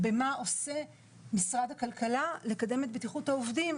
במה שעושה משרד הכלכלה כדי לקדם את בטיחות העובדים,